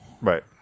Right